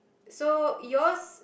so your's